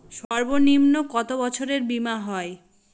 সর্বনিম্ন কত বছরের বীমার হয়?